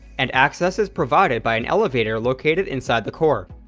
and access is provided by an elevator located inside the core.